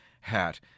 hat